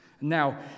Now